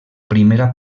primera